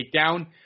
takedown